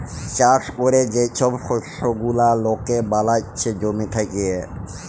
চাষ ক্যরে যে ছব শস্য গুলা লকে বালাচ্ছে জমি থ্যাকে